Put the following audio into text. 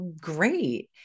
great